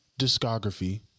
discography